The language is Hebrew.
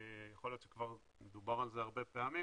יכול להיות שכבר דובר על זה הרבה פעמים